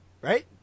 right